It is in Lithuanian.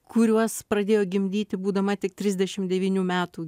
kuriuos pradėjo gimdyti būdama tik trisdešim devynerių metų